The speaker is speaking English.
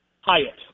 Hyatt